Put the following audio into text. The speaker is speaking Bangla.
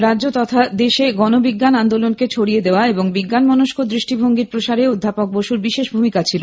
রাজ্য তথা দেশে গণবিজ্ঞান আন্দোলন ছড়িয়ে দেওয়া এবং বিজ্ঞানমনস্ক দৃষ্টিভঙ্গির প্রসারে অধ্যাপক বসুর বিশেষ ভূমিকা ছিল